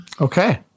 Okay